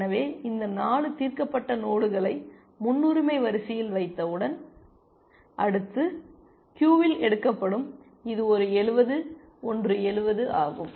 எனவே இந்த 4 தீர்க்கப்பட்ட நோடுகளை முன்னுரிமை வரிசையில் வைத்தவுடன் அடுத்து க்கியுவில் எடுக்கப்படும் இது ஒரு 70 ஒன்று 70 ஆகும்